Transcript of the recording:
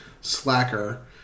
slacker